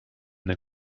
the